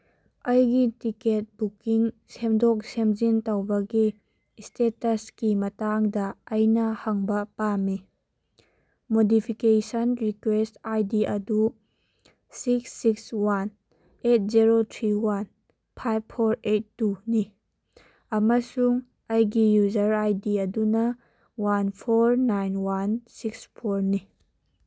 ꯑꯩꯒꯤ ticket booking ꯁꯦꯝꯗꯣꯛ ꯁꯦꯝꯖꯤꯟ ꯇꯧꯕꯒꯤ ꯏꯁꯇꯦꯇꯁꯀꯤ ꯃꯇꯥꯡꯗ ꯑꯩꯅ ꯍꯪꯕ ꯄꯥꯝꯃꯤ ꯃꯣꯗꯤꯐꯤꯀꯦꯁꯟ ꯔꯤꯀ꯭ꯋꯦꯁ ꯑꯥꯏ ꯗꯤ ꯑꯗꯨ six six one eight zero three one five four eight ꯇꯨꯅꯤ ꯑꯃꯁꯨꯡ ꯑꯩꯒꯤ ꯌꯨꯖꯔ ꯑꯥꯏ ꯗꯤ ꯑꯗꯨꯅ one four nine one six ꯐꯣꯔꯅꯤ